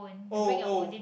oh oh